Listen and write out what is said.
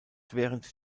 während